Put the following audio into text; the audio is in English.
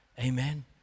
Amen